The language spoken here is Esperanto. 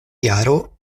jaro